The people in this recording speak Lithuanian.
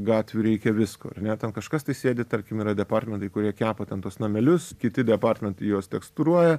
gatvių reikia visko ar ne ten kažkas tai sėdi tarkim yra departmentai kurie kepa ten tuos namelius kiti departmentai juos tekstūruoja